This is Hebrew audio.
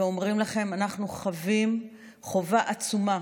ואומרים לכם: אנחנו חבים חובה עצומה